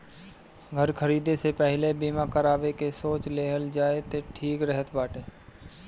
घर खरीदे से पहिले बीमा करावे के सोच लेहल जाए तअ ठीक रहत बाटे